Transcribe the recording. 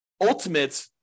ultimate